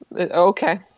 Okay